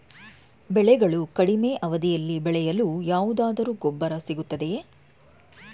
ಬೆಳೆಗಳು ಕಡಿಮೆ ಅವಧಿಯಲ್ಲಿ ಬೆಳೆಯಲು ಯಾವುದಾದರು ಗೊಬ್ಬರ ಸಿಗುತ್ತದೆಯೇ?